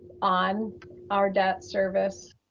on our debt service.